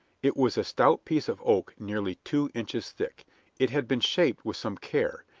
it was a stout piece of oak nearly two inches thick it had been shaped with some care,